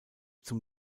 zum